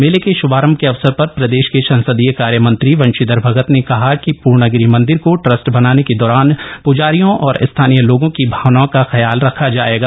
मेले के श्भारंभ के अवसर पर प्रदेश के संसदीय कार्य मंत्री बंशीधर भगत ने कहा कि पूर्णागिरि मन्दिर को ट्रस्ट बनाने के दौरान प्जारियों और स्थानीय लोगों की भावनाओं का ख्याल रखा जाएगा